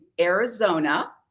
arizona